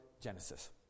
Genesis